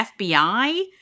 FBI